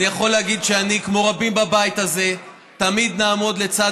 אני יכול להגיד שאני ורבים בבית הזה תמיד נעמוד לצד